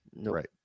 Right